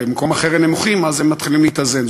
ובמקום אחר הם נמוכים, אז הם מתחילים להתאזן.